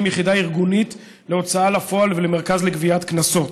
יחידה ארגונית להוצאה לפועל ולמרכז לגביית קנסות.